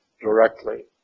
directly